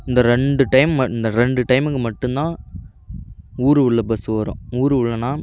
இந்த ரெண்டு டைம் ம இந்த ரெண்டு டைமுக்கு மட்டும் தான் ஊர் உள்ளே பஸ்ஸு வரும் ஊர் உள்ளேன்னா